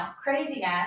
craziness